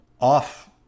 off